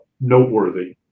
noteworthy